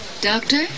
Doctor